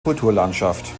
kulturlandschaft